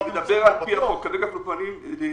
אין